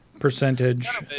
percentage